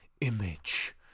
image